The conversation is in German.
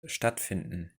stattfinden